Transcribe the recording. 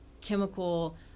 chemical